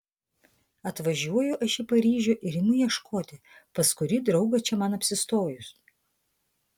atvažiuoju aš į paryžių ir imu ieškoti pas kurį draugą čia man apsistojus